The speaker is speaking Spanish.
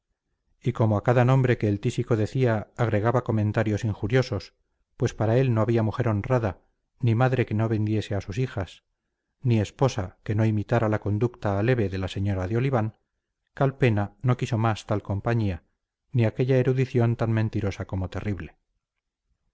y como a cada nombre que el tísico decía agregaba comentarios injuriosos pues para él no había mujer honrada ni madre que no vendiese a sus hijas ni esposa que no imitara la conducta aleve de la señora de oliván calpena no quiso más tal compañía ni aquella erudición tan mentirosa como terrible